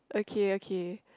okay okay